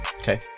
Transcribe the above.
okay